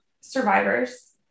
survivors